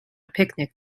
picnic